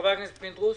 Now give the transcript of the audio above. חבר הכנסת פינדרוס,